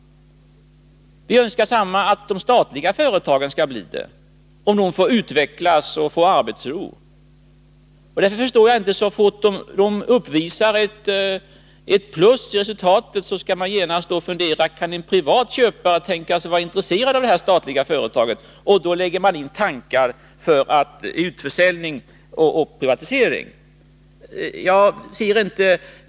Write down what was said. På samma sätt önskar vi att de statliga företagen skall bli lönsamma, om de får utvecklas och får arbetsro. Därför förstår jag inte att man, så fort det uppvisas ett plus i resultatet för ett statligt företag, genast måste fundera på om en privat köpare kan tänkas vara intresserad av företaget. Då för man fram tankar på utförsäljning och privatisering.